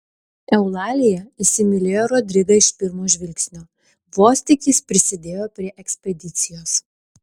eulalija įsimylėjo rodrigą iš pirmo žvilgsnio vos tik jis prisidėjo prie ekspedicijos